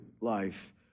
life